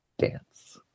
dance